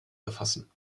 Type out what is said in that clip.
befassen